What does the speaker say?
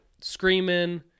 screaming